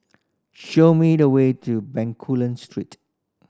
show me the way to Bencoolen Street